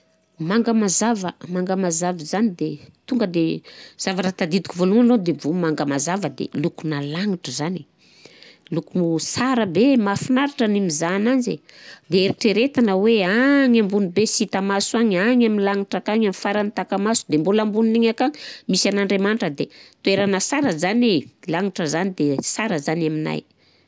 Manga mazava, manga mazava zany de tonga de zavatra tadidiko vôlohany aloha de voro manga mazava de lokona langitry zany, loko sara be, mahafinaritra ny mizaha ananjy e de eritreretina hoe agny ambony be sy hita maso agny an, agny amin'ny lagnitra akagny an faran'ny taka-maso de mbola ambonin'igny akany misy an'Andriamanitra de toerana sara zany e lagnitra zany de sara zany aminahy.